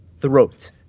throat